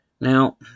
Now